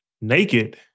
Naked